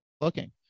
looking